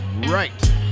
right